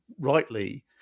rightly